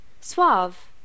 Suave